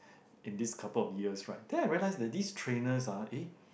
in these couple of years right then I realise that these trainers ah eh